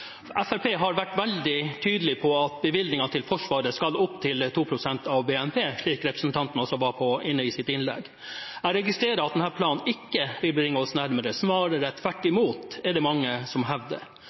Fremskrittspartiet har vært veldig tydelig på at bevilgningen til Forsvaret skal opp til 2 pst. av BNP, slik representanten også var inne på i sitt innlegg. Jeg registrerer at denne planen ikke vil bringe oss nærmere – snarere tvert